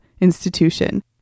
institution